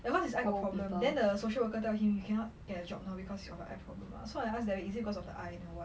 because his eye got problem then the social worker tell him you cannot get a job now because you got a eye problem lah so I ask derek it it because of the eye or what